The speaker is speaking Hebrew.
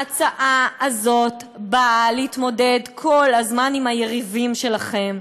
ההצעה הזאת באה להתמודד כל הזמן עם היריבים שלכם.